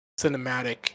cinematic